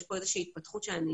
יש פה התפתחות שאני